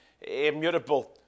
immutable